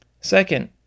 Second